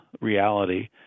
reality